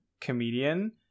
comedian